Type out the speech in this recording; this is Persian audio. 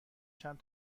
چند